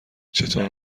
چطور